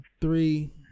three